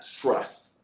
trust